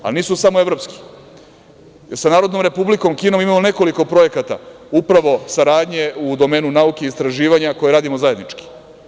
Ali nisu samo evropski, sa Narodnom Republikom Kinom imamo nekoliko projekata upravo saradnje u domenu nauke i istraživanja koje radimo zajednički.